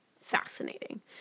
fascinating